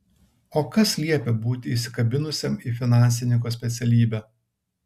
o kas liepia būti įsikabinusiam į finansininko specialybę